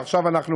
ואנחנו